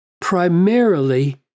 primarily